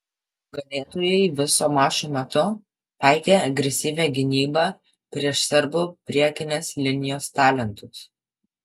nugalėtojai viso mačo metu taikė agresyvią gynybą prieš serbų priekinės linijos talentus